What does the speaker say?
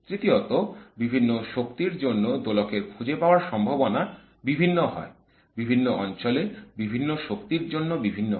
তৃতীয়ত বিভিন্ন শক্তির জন্য দোলকের খুঁজে পাওয়ার সম্ভাবনা বিভিন্ন হয় বিভিন্ন অঞ্চলে বিভিন্ন শক্তির জন্য ভিন্ন হয়